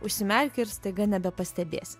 užsimerki ir staiga nebepastebėsi